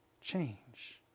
change